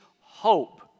hope